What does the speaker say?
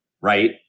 right